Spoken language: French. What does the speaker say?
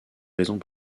raisons